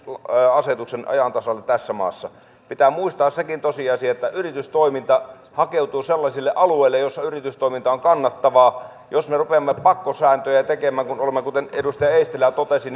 asetuksen ajan tasalle tässä maassa pitää muistaa sekin tosiasia että yritystoiminta hakeutuu sellaisille alueille joissa yritystoiminta on kannattavaa jos me rupeamme pakkosääntöjä tekemään kun olemme kuten edustaja eestilä totesi